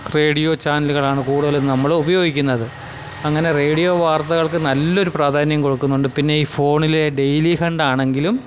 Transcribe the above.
radio ചാനലുകളാണ് കൂടുതലും നമ്മൾ ഉപയോഗിക്കുന്നത് അങ്ങനെ റേഡിയോ വാർത്തകൾക്ക് നല്ലൊരു പ്രാധാന്യം കൊടുക്കുന്നുണ്ട് പിന്നെ ഈ ഫോണിലെ ഡെയ്ലി ഹണ്ടാണെങ്കിലും